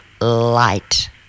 light